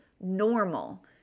normal